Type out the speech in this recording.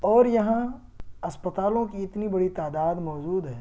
اور یہاں اسپتالوں کی اتنی بڑی تعداد موجود ہے